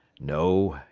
no,